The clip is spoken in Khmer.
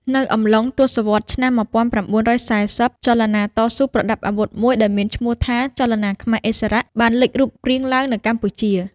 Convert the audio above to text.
នៅអំឡុងទសវត្សរ៍ឆ្នាំ១៩៤០ ចលនាតស៊ូប្រដាប់អាវុធមួយដែលមានឈ្មោះថា ចលនាខ្មែរឥស្សរៈ បានលេចរូបរាងឡើងនៅកម្ពុជា។